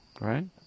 right